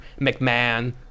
McMahon